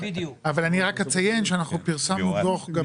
אבל אני רק אציין שאנחנו פרסמנו דוח גם